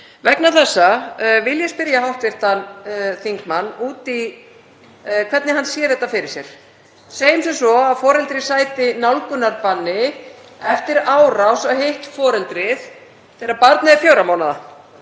Vegna þessa vil ég spyrja hv. þingmann út í hvernig hann sjái þetta fyrir sér. Segjum sem svo að foreldri sæti nálgunarbanni eftir árás á hitt foreldrið þegar barnið er fjögurra mánaða.